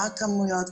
מה הכמויות,